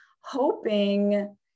hoping